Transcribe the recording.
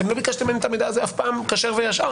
אתם לא ביקשתם את המידע הזה אף פעם, כשר וישר.